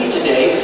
today